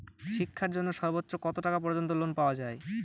শিক্ষার জন্য সর্বোচ্চ কত টাকা পর্যন্ত লোন পাওয়া য়ায়?